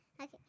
Okay